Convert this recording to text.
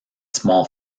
small